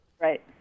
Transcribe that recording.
Right